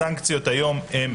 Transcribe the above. הסנקציות היום הן